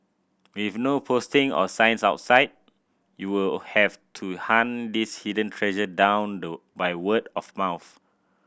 with no posting or signs outside you will have to hunt this hidden treasure down low by word of mouth